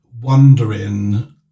wondering